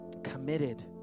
committed